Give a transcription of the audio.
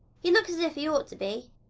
he looks as if he ought to be,